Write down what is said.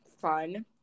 fun